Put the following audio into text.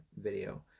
video